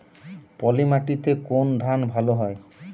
পলিমাটিতে কোন ধান ভালো হয়?